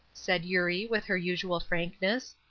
said eurie, with her usual frankness.